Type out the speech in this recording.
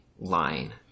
line